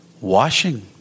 Washing